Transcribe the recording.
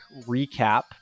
recap